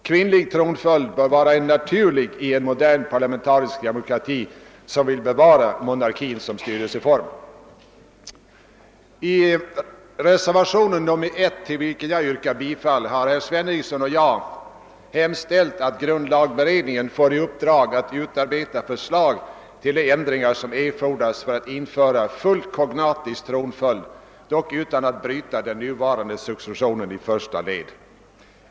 Kvinnlig tronföljd bör vara naturlig i en modern, parlamentarisk demokrati som vill bevara monarkin som styrelseform. I reservationen nr 1, till vilken jag yrkar bifall, har herr Sveningsson och jag hemställt att grundlagberedningen får i uppdrag att utarbeta förslag till de ändringar som erfordras för införande av full kognatisk tronföljd, dock utan att bryta den nuvarande successionen i första led.